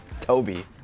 Toby